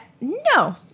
no